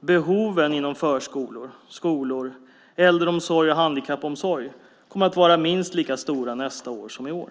Behoven inom förskolor, skolor, äldreomsorg och handikappomsorg kommer att vara minst lika stora nästa år som i år.